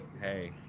Hey